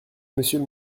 monsieur